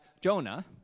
Jonah